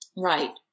Right